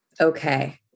okay